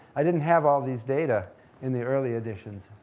i didn't have all these data in the early editions.